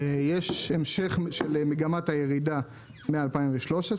יש המשך של מגמת הירידה מ-2013,